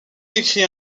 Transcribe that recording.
écrit